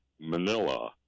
Manila